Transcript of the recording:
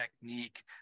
technique